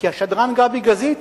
כי השדרן גבי גזית,